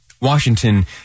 Washington